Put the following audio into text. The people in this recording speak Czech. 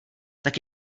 tak